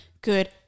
good